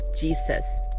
Jesus